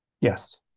Yes